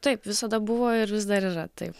taip visada buvo ir vis dar yra taip